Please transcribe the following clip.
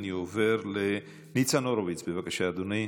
אני עובר לניצן הורוביץ, בבקשה, אדוני,